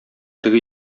теге